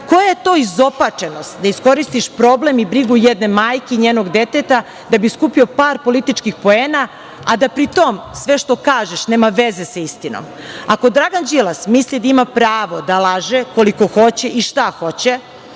je to izopačenost da iskoristiš problem i brigu jedne majke i njenog deteta, da bi skupio par političkih poena, a pri tom sve što kažeš nema veze sa istinom? Ako Dragan Đilas smisli da ima pravo da laže koliko hoće i šta hoće